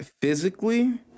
physically